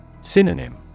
Synonym